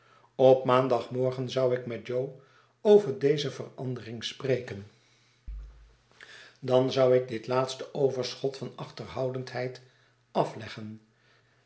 op maandagmorgen zou ik met jo over deze verandering spreken dan zou ik dit laatste overschot van achterhoudendheid afleggen